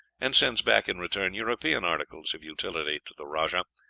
and sends back in return european articles of utility to the rajah,